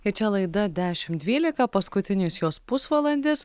čia laida dešimt dvylika paskutinis jos pusvalandis